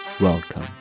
Welcome